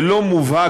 זה לא מובהק.